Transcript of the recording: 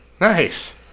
Nice